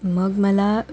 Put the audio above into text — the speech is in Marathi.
मग मला